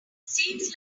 seems